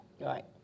Right